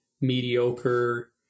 mediocre